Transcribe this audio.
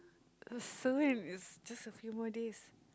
it's just a few more days